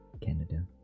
Canada